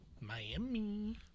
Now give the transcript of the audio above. Miami